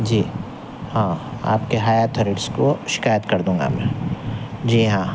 جی ہاں آپ کی ہائی اتھارٹیز کو شکایت کر دوں گا میں جی ہاں